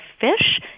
fish